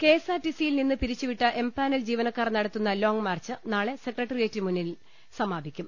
K എസ് ആർ ടി സിയിൽ നിന്ന് പിരിച്ചുവിട്ട എംപാനൽ ജീവന ക്കാർ നടത്തുന്ന ലോംഗ്മാർച്ച് നാളെ സെക്രട്ടേറിയറ്റിന് മുന്നിൽ സമാ പിക്കും